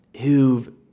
who've